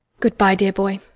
good-bye, dear boy.